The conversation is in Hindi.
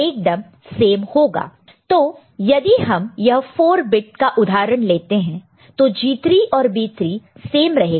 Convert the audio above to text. Gn Bn Gi Bi1 ⊕ Bi for i n तो यदि हम यह 4 बिट का उदाहरण लेते हैं तो G3 और B3 सेम रहेगा